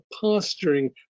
pasturing